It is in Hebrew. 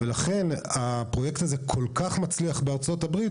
לכן הפרויקט הזה כל כך מצליח בארצות הברית,